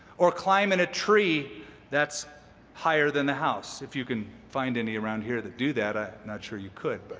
or climb in a tree that's higher than the house, if you can find any around here that do that. i'm ah not sure you could.